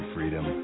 Freedom